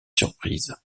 surprises